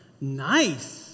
Nice